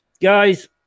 Guys